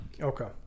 okay